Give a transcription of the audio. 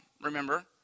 remember